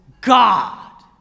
God